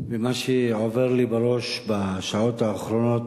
ממה שעובר לי בראש בשעות האחרונות,